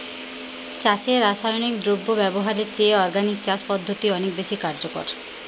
চাষে রাসায়নিক দ্রব্য ব্যবহারের চেয়ে অর্গানিক চাষ পদ্ধতি অনেক বেশি কার্যকর